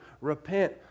Repent